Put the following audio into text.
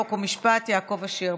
חוק ומשפט יעקב אשר.